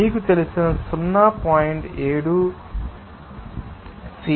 మీకు తెలిసిన 0